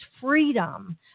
freedom